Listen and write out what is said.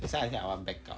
that's why I say our backup